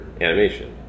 animation